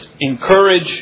encourage